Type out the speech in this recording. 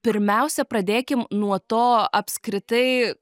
pirmiausia pradėkim nuo to apskritai